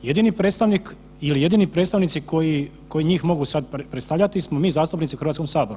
Jedini predstavnik ili jedini predstavnici koji njih mogu sada predstavljati smo mi zastupnici u Hrvatskom saboru.